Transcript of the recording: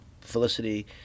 Felicity